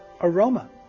aroma